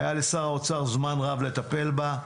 היה לשר האוצר זמן רב לטפל בה.